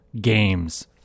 games